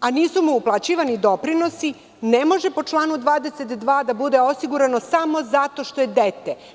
a nisu mu uplaćivani doprinosi, ne može po članu 22. da bude osiguran samo zato što je dete?